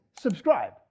subscribe